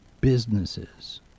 businesses